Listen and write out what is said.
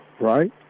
right